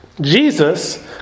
Jesus